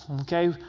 okay